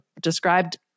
described